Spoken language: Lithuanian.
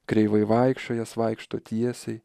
kreivai vaikščiojęs vaikšto tiesiai